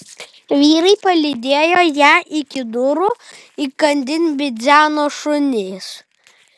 vyrai palydėjo ją iki durų įkandin bidzeno šunys